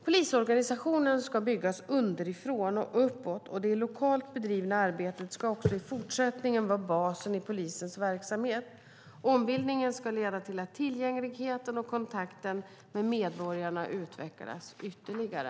Polisorganisationen ska byggas underifrån och uppåt, och det lokalt bedrivna arbetet ska också i fortsättningen vara basen i polisens verksamhet. Ombildningen ska leda till att tillgängligheten och kontakten med medborgarna utvecklas ytterligare.